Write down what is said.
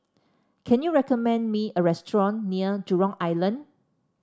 can you recommend me a restaurant near Jurong Island